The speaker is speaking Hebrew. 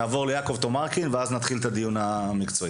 נעבור ליעקב תומרקין, ואז נתחיל את הדיון המקצועי.